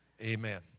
amen